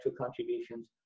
contributions